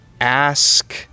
ask